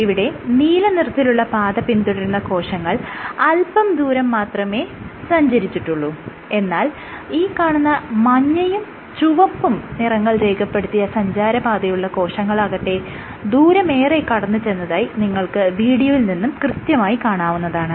ഇവിടെ നീല നിറത്തിലുള്ള പാത പിന്തുടരുന്ന കോശങ്ങൾ അല്പം ദൂരം മാത്രമേ സഞ്ചരിച്ചിട്ടുള്ളു എന്നാൽ ഈ കാണുന്ന മഞ്ഞയും ചുവപ്പും നിറങ്ങൾ രേഖപ്പെടുത്തിയ സഞ്ചാരപാതയുള്ള കോശങ്ങളാകട്ടെ ദൂരമേറെ കടന്ന് ചെന്നതായി നിങ്ങൾക്ക് വീഡിയോയിൽ നിന്നും കൃത്യമായി കാണാവുന്നതാണ്